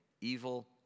evil